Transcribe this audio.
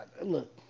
look